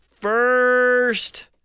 first